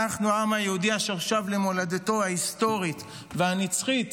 אנחנו העם היהודי אשר שב למולדתו ההיסטורית והנצחית